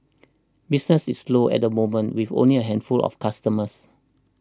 business is slow at the moment with only a handful of customers